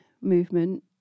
movement